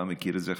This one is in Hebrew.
אתה מכיר את זה,